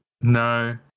No